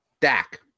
Dak